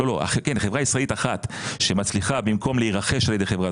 כן חברה ישראלית אחת שמצליחה במקום להירכש על ידי חברה